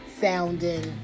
sounding